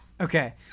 Okay